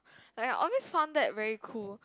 like I always found that very cool